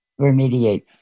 remediate